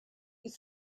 was